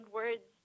words